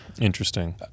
Interesting